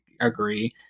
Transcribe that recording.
agree